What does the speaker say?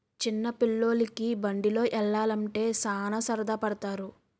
చిన్న పిల్లోలికి బండిలో యల్లాలంటే సాన సరదా పడతారు